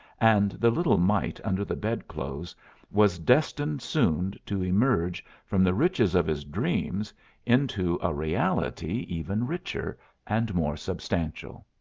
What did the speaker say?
and the little mite under the bedclothes was destined soon to emerge from the riches of his dreams into a reality even richer and more substantial.